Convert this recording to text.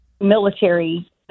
military